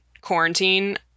quarantine